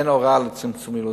אין הוראה לצמצום ילודה.